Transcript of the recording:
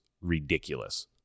ridiculous